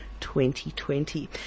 2020